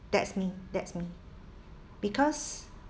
that's me that's me because